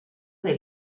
del